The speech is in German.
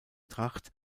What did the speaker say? tracht